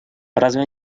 разве